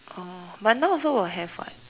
oh but now also will have [what]